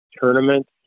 tournaments